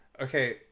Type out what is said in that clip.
okay